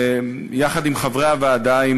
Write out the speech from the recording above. יחד עם חברי הוועדה,